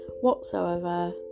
whatsoever